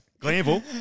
Glenville